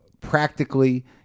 practically